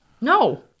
No